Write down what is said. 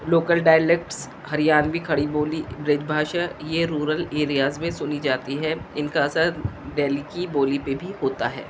local dialects Haryanvi Khari Boli Braj Bhasha یہ rural areas میں سنی جاتی ہے ان کا اثر دہلی کی بولی پہ بھی ہوتا ہے